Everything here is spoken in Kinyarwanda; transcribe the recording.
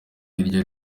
iryo